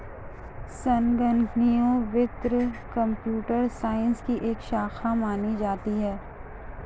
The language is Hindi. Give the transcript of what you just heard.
संगणकीय वित्त कम्प्यूटर साइंस की एक शाखा मानी जाती है